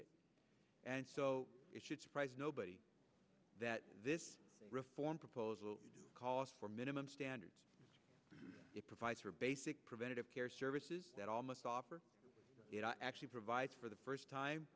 it and so it should surprise nobody that this reform proposal calls for minimum standards it provides for basic preventative care services that almost offer it actually provides for the first time